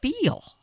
feel